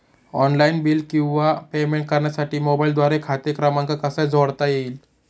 Online bill किंवा payment करण्यासाठी मोबाईलद्वारे खाते क्रमांक कसा जोडता येईल?